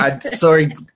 sorry